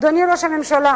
אדוני ראש הממשלה,